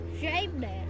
shameless